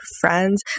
friends